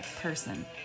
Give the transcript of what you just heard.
person